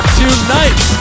tonight